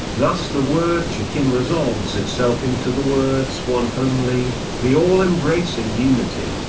thus the word jachin resolves itself into the words one only, the all-embracing unity.